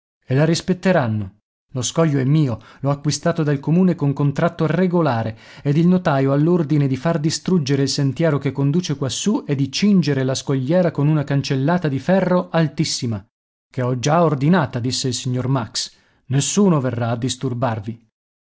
e la rispetteranno lo scoglio è mio l'ho acquistato dal comune con contratto regolare ed il notaio ha l'ordine di far distruggere il sentiero che conduce quassù e di cingere la scogliera con una cancellata di ferro altissima che ho già ordinata disse il signor max nessuno verrà a disturbarvi